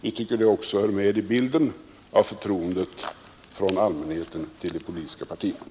Vi tycker också att till bilden hör att allmänheten har förtroende för de politiska partierna.